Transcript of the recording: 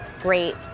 great